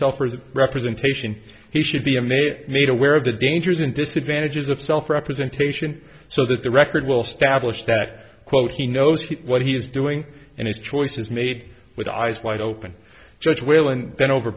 the representation he should be a made made aware of the dangers and disadvantages of self representation so that the record will stablish that quote he knows what he is doing and his choice is made with eyes wide open judge whalen bend over